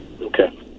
Okay